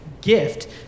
gift